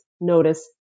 notice